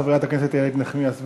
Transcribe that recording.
חברת הכנסת איילת נחמיאס ורבין,